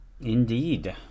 indeed